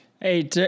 Hey